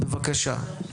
בבקשה.